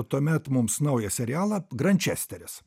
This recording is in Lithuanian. tuomet mums naują serialą grančesteris